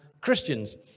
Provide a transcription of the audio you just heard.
Christians